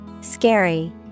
Scary